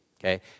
okay